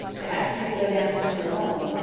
to ask me to go down to dinner alone,